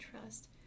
trust